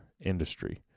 industry